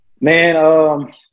Man